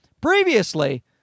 Previously